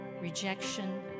rejection